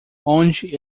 onde